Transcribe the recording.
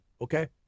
okay